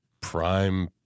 prime